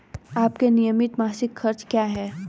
आपके नियमित मासिक खर्च क्या हैं?